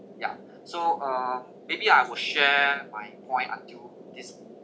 ya so uh maybe I will share my point until this